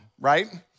right